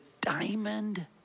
diamond